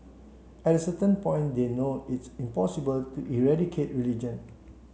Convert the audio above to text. at a certain point they know it's impossible to eradicate religion